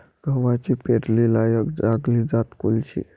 गव्हाची पेरनीलायक चांगली जात कोनची?